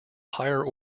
higher